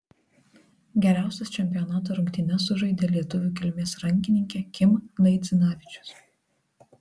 geriausias čempionato rungtynes sužaidė lietuvių kilmės rankininkė kim naidzinavičius